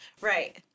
Right